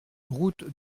route